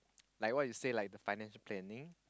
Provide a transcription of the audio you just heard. like what you say like finance planning